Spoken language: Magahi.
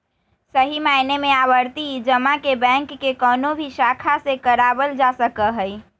सही मायने में आवर्ती जमा के बैंक के कौनो भी शाखा से करावल जा सका हई